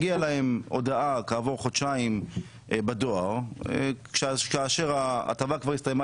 הגיעה אליהם בדואר הודעה כעבור חודשיים וזאת כאשר ההטבה הסתיימה